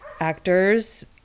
actors